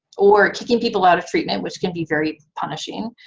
or kicking people out of treatment, which can be very punishing,